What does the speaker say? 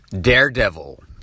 Daredevil